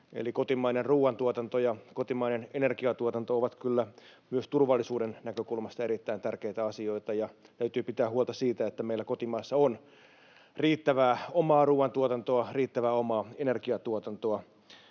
kotimainen ruuantuotanto ja kotimainen energiatuotanto ovat kyllä myös turvallisuuden näkökulmasta erittäin tärkeitä asioita, ja täytyy pitää huolta siitä, että meillä kotimaassa on riittävää omaa ruuantuotantoa, riittävää omaa energiatuotantoa.